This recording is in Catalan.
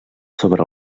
sobre